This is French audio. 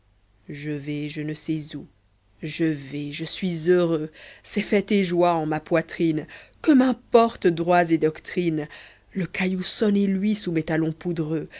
je vais je ne sais où je vais je suis heureux c'est fête et joie en ma poitrine que m'importent droits et doctrines le caillou sonne et luit sous mes talons poudreux